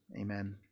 amen